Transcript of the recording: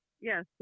Yes